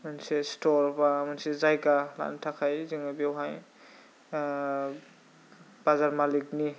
मोनसे स्टर बा मोनसे जायगा लानो थाखाय जोङो बेवहाय बाजार मालिकनि